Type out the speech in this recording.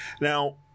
Now